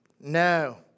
No